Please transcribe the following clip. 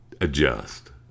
adjust